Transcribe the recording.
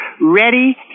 Ready